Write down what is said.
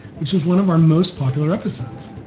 which was one of our most popular episodes.